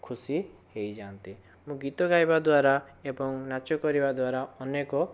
ଖୁସି ହୋଇଯାଆନ୍ତି ମୁଁ ଗୀତ ଗାଇବା ଦ୍ୱାରା ଏବଂ ନାଚ କରିବା ଦ୍ୱାରା ଅନେକ